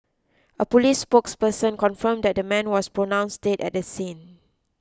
a police spokesperson confirmed that the man was pronounced dead at the scene